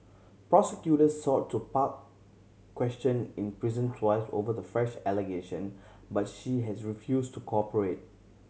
prosecutors sought to question in prison twice over the fresh allegation but she has refused to cooperate